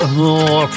more